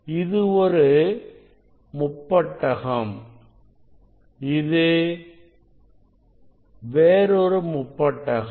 இது ஒரு முப்பட்டகம் இது வேறொரு முப்பட்டகம்